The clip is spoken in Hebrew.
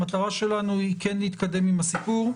המטרה שלנו היא כן להתקדם עם הסיפור.